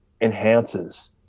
enhances